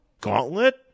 Gauntlet